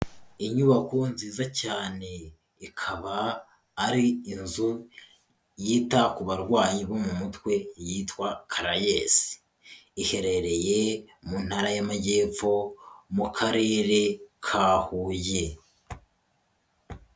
Inyubako nziza cyane, ikaba ari inzu yita ku barwayi bo mu mutwe yitwa Caraes, iherereye mu Ntara y'amajyepfo mu Karere ka Huye.